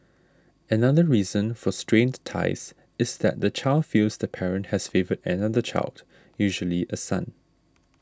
another reason for strained ties is that the child feels the parent has favoured another child usually a son